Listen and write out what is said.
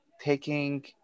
taking